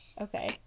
Okay